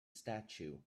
statue